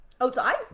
outside